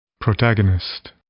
Protagonist